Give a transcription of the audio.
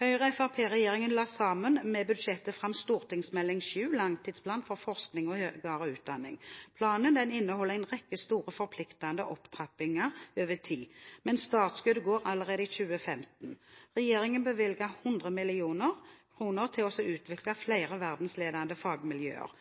Høyre–Fremskrittsparti-regjeringen la sammen med budsjettet fram Meld. St. 7 for 2014–2015, Langtidsplan for forskning og høyere utdanning 2015–2024. Planen inneholder en rekke store og forpliktende opptrappinger over tid, men startskuddet går allerede i 2015. Regjeringen bevilger 100 mill. kr til å utvikle flere verdensledende fagmiljøer.